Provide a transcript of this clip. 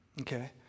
Okay